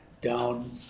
down